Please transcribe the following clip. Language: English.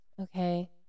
okay